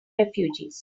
refugees